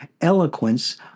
eloquence